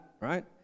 right